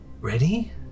Ready